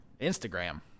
Instagram